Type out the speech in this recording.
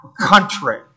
country